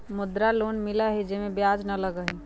मुद्रा लोन मिलहई जे में ब्याज न लगहई?